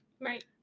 right